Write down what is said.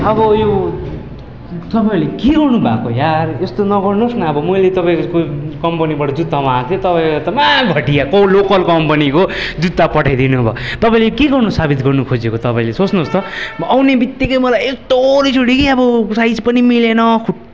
अब यो तपाईँहरूले के गर्नु भएको यार यस्तो नगर्नुहोस् न अब मैले तपाईँको कम्पनीबाट जुत्ता मगाएको थिएँ तपाईँले त महाघटिया त्यो लोकल कम्पनीको जुत्ता पठाइदिनु भयो तपाईँले के गर्नु साबित गर्नु खोजेको तपाईँले सोच्नुहोस् त म आउने बित्तिकै मलाई यस्तो रिस उठ्यो कि अब साइज पनि मिलेन